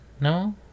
No